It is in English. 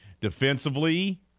Defensively